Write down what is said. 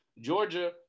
Georgia